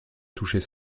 toucher